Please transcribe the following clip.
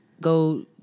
go